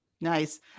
Nice